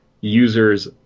users